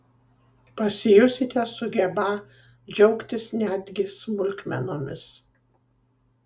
pasijusite sugebą džiaugtis netgi smulkmenomis